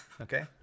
Okay